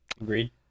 Agreed